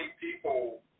people